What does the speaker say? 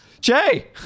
Jay